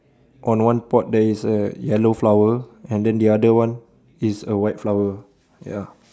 on one pot there is a yellow flower and then the other one is a white flower ya